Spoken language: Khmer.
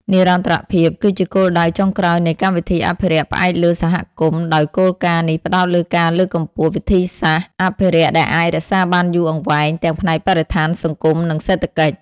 និរន្តរភាព គឺជាគោលដៅចុងក្រោយនៃកម្មវិធីអភិរក្សផ្អែកលើសហគមន៍ ដោយគោលការណ៍នេះផ្ដោតលើការលើកកម្ពស់វិធីសាស្រ្តអភិរក្សដែលអាច រក្សាបានយូរអង្វែង ទាំងផ្នែកបរិស្ថាន សង្គម និងសេដ្ឋកិច្ច។